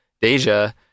Deja